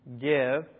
give